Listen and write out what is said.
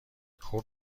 خوب